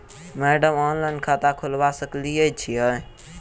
Madam online खाता खोलबा सकलिये छीयै?